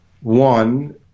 one